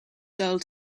sell